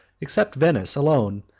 except venice alone,